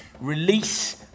release